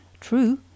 True